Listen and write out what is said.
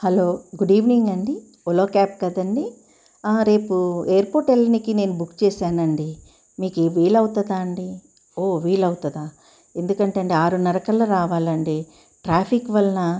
hello good evening అండి Ola cab కదండి రేపు ఎయిర్పోర్ట్ వెళ్ళడానికి నేను బుక్ చేశానండి మీకు వీలు అవుతుందా అండి ఓ వీలు అవుతుందా ఎందుకంటే అండి ఆరున్నర కల్ల రావాలండి ట్రాఫిక్ వలన